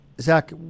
Zach